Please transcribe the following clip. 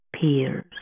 peers